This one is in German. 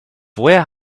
woher